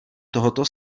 tohoto